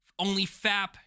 OnlyFap